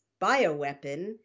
bioweapon